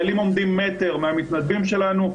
החיילים עומדים מטר מהמתנדבים שלנו,